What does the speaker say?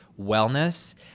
wellness